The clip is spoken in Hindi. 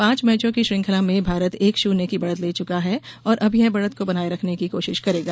पांच मैचों की श्रृंखला में भारत एक शुन्य की बढ़त ले चुका है और अब वह इस बढ़त को बनाए रखने की कोशिश करेगा